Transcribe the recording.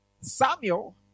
Samuel